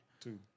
Two